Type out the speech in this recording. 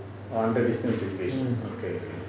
under distance education okay okay